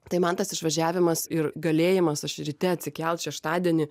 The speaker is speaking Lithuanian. tai man tas išvažiavimas ir galėjimas aš ryte atsikelt šeštadienį